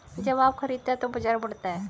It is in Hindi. जब आप खरीदते हैं तो बाजार बढ़ता है